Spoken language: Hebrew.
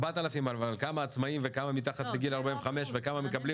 4,000 אבל כמה עצמאים וכמה מתחת לגיל 45 וכמה מקבלים